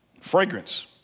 Fragrance